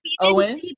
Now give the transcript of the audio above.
Owen